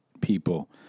people